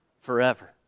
forever